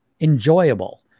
enjoyable